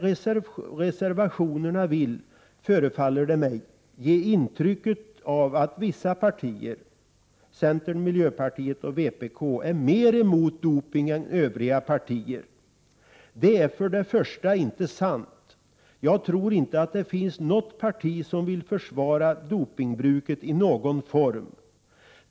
Reservationerna vill, förefaller det mig, ge intrycket att vissa partier — centern, miljöpartiet och vpk — är mer emot dopning än övriga partier. Detta är för det första inte sant. Jag tror inte det finns något parti som vill försvara dopningen i någon form.